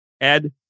Ed